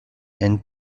and